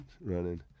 running